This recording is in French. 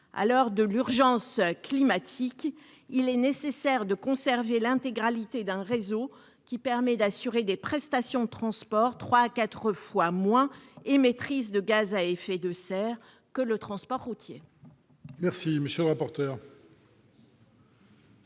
À l'heure de l'urgence climatique, il est nécessaire de conserver l'intégralité d'un réseau qui garantit des prestations de transport trois à quatre fois moins émettrices de gaz à effet de serre que le transport routier